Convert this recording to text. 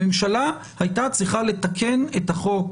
הממשלה הייתה צריכה לתקן את החוק,